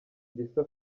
gisa